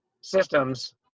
systems